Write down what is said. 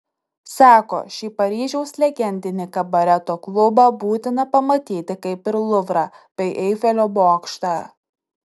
sako šį paryžiaus legendinį kabareto klubą būtina pamatyti kaip ir luvrą bei eifelio bokštą